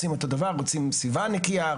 רוצים אותו דבר רוצים סביבה נקייה,